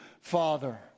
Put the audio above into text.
Father